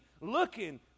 looking